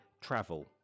travel